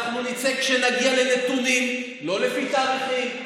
אנחנו נצא כשנגיע לנתונים, לא לפי תאריכים.